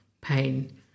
pain